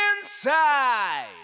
Inside